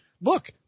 look